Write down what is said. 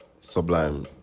sublime